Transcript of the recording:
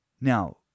Now